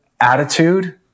attitude